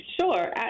sure